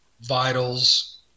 vitals